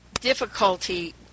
difficulty